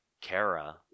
Kara